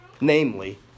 namely